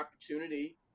opportunity